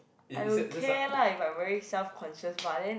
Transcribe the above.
I okay lah if I very self conscious but then